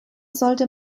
sollte